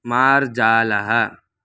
मार्जालः